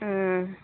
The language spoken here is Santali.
ᱩᱸᱻ